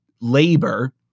labor